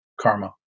Karma